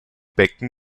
becken